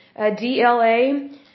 DLA